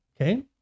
okay